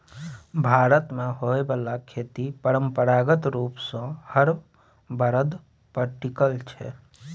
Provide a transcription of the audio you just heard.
भारत मे होइ बाला खेती परंपरागत रूप सँ हर बरद पर टिकल छै